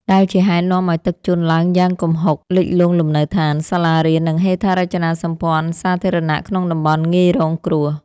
ដែលជាហេតុនាំឱ្យទឹកជន់ឡើងយ៉ាងគំហុក លិចលង់លំនៅដ្ឋាន សាលារៀន និងហេដ្ឋារចនាសម្ព័ន្ធសាធារណៈក្នុងតំបន់ងាយរងគ្រោះ។